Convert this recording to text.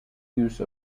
use